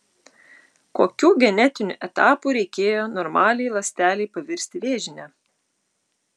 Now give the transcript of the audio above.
kokių genetinių etapų reikėjo normaliai ląstelei pavirsti vėžine